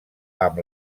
amb